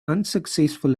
unsuccessful